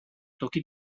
toki